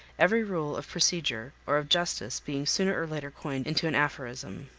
every rule of procedure or of justice being sooner or later coined into an aphorism.